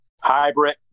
hybrid